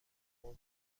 حمام